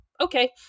Okay